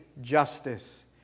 justice